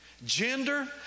Gender